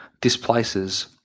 displaces